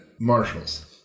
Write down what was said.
Marshalls